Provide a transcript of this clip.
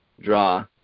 draw